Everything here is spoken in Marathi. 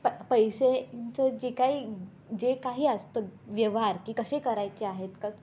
प पैसेचं जे काही जे काही असतं व्यवहार की कसे करायचे आहेत क